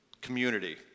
Community